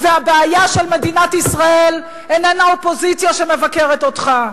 והבעיה של מדינת ישראל איננה אופוזיציה שמבקרת אותך.